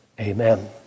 Amen